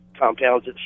compounds